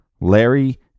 Larry